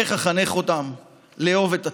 איך אחנך אותם לאהוב את הצבא,